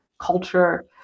culture